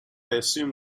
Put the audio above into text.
assume